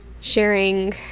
sharing